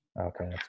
Okay